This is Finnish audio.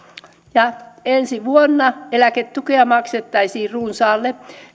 ensi vuonna eläketukea maksettaisiin runsaalle